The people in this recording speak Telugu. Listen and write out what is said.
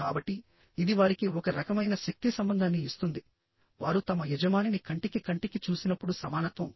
కాబట్టి ఇది వారికి ఒక రకమైన శక్తి సంబంధాన్ని ఇస్తుందివారు తమ యజమానిని కంటికి కంటికి చూసినప్పుడు సమానత్వం